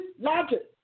logic